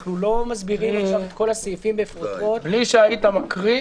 אנחנו לא מסבירים עכשיו את כל הסעיפים בפרוטרוט --- בלי שהיית מקריא,